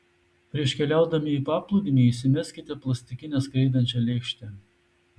prieš keliaudami į paplūdimį įsimeskite plastikinę skraidančią lėkštę